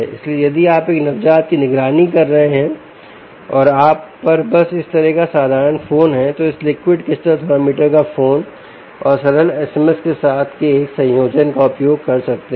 इसलिए यदि आप एक नवजात की निगरानी कर रहे है और आप पर बस इस तरह का एक साधारण फोन है तो आप इस लिक्विड क्रिस्टल थर्मामीटर एक फोन और सरल SMS के साथ के एक संयोजन का उपयोग कर सकते हैं